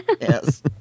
Yes